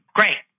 great